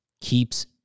keeps